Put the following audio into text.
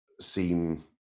seem